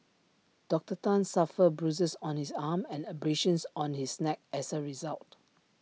Doctor Tan suffered bruises on his arm and abrasions on his neck as A result